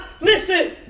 listen